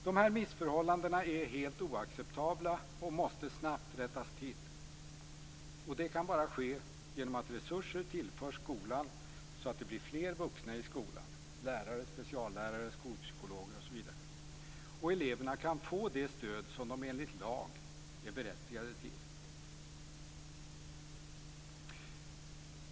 Dessa missförhållanden är helt oacceptabla och måste snabbt rättas till. Det kan bara ske genom att resurser tillförs skolan så att det blir fler vuxna i skolan - lärare, speciallärare, skolpsykologer - och eleverna kan få det stöd som de enligt lag är berättigade till.